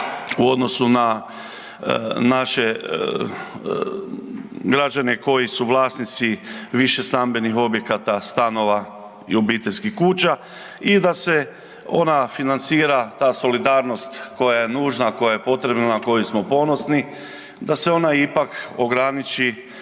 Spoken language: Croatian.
u odnosu na naše građane koji su vlasnici višestambenih objekata, stanova i obiteljskih kuća i da se ona financira, ta solidarnost, koja je nužna, koja je potrebna na koju smo ponosni, da se ona ipak ograniči